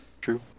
True